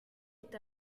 est